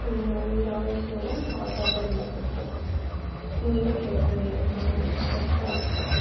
அப்புறம் இந்த ஆலோசனலாம் தாத்தாகிட்டருந்து தான் பெற்றோம் நீங்களும் ட்ரை பண்ணியே பாருங்கள் கரெக்ட்டாக இருக்கும்